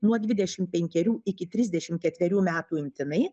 nuo dvidešimt penkerių iki trisdešimt ketverių metų imtinai